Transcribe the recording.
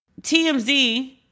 TMZ